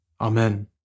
Amen